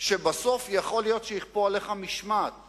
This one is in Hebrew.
שבסוף יכול להיות שיכפו עליך משמעת,